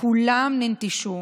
כולם ננטשו.